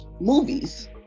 movies